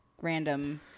random